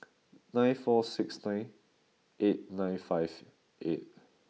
nine four six nine eight nine five eight